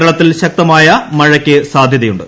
കേരളത്തിൽ ശക്തമായ മഴയ്ക്ക് സാധ്യതയുണ്ട്